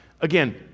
again